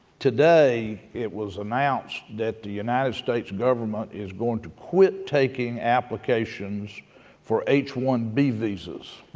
today it was announced that the united states government is going to quit taking applications for h one b visas.